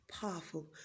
powerful